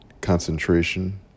concentration